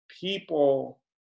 people